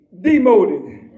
demoted